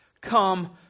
come